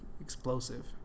explosive